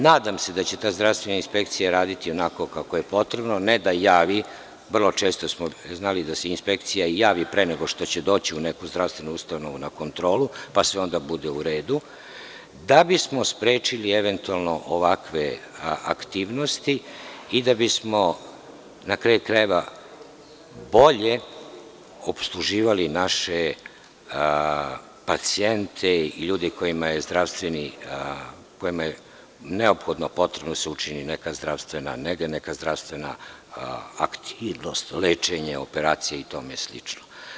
Nadam se da će ta zdravstvena inspekcija raditi onako kako je potrebno, ne da javi, vrlo često znali da se inspekcija javi pre nego što će doći u neku zdravstvenu ustanovu na kontrolu, pa sve onda bude u redu, da bismo sprečili eventualno ovakve aktivnosti i da bismo, na kraju krajeva, bolje opsluživali naše pacijente i ljude kojima je neophodno potrebno da se učini neka zdravstvena nega, neka zdravstvena aktivnost, lečenje, operacija i tome slično.